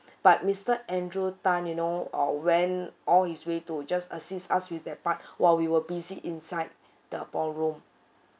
but mister andrew Tan you know uh went all his way to just assist us with that part while we were busy inside the ballroom